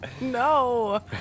No